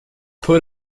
put